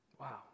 Wow